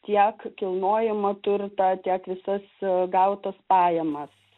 tiek kilnojamą turtą tiek visas gautas pajamas